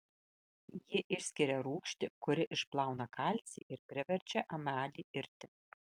ji išskiria rūgštį kuri išplauna kalcį ir priverčia emalį irti